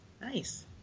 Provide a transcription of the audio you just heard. Nice